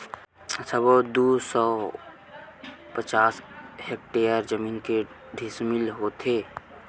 सबो दू सौ पचास हेक्टेयर जमीन के डिसमिल होथे?